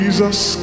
Jesus